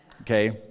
Okay